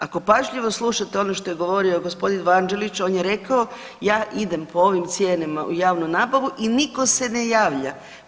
Ako pažljivo slušate ono što je govorio gospodin Vanđelić, on je rekao, ja idem po ovim cijenama u javnu nabavu i nitko se ne javlja.